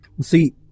See